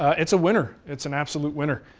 it's a winner, it's an absolute winner.